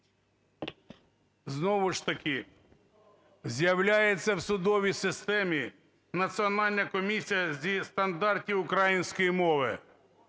Знову ж таки з'являється в судовій системі Національна комісія зі стандартів української мови.